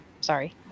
Sorry